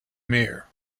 mere